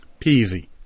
peasy